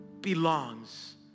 belongs